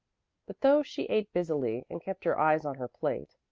but though she ate busily and kept her eyes on her plate,